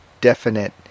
definite